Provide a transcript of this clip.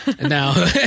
now